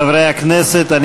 חברי הכנסת, נא לשבת.